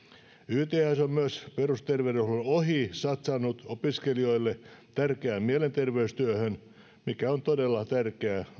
yths on myös perusterveydenhuollon ohi satsannut opiskelijoille tärkeään mielenterveystyöhön mikä on todella tärkeää